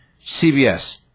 CBS